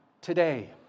today